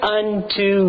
unto